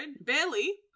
barely